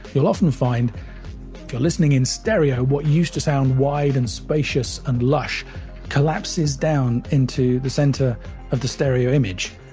you'll often find, if you're listening in stereo, what used to sound wide and spacious and lush collapses down into the center of the stereo image.